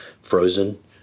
frozen